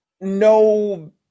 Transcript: no